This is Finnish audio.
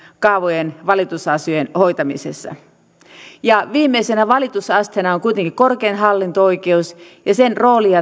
kaavojen valitusasioiden hoitamisessa viimeisenä valitusasteena on kuitenkin korkein hallinto oikeus ja sen roolia